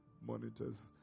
monitors